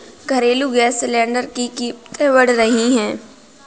घरेलू gas cylinder की कीमतें बढ़ रही है